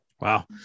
Wow